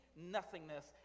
nothingness